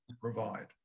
provide